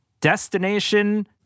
Destination